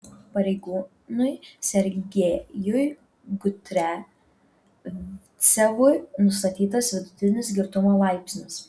pareigūnui sergejui kudriavcevui nustatytas vidutinis girtumo laipsnis